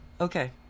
Okay